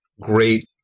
great